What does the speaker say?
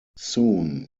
soon